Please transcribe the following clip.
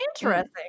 interesting